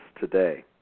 today